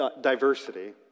diversity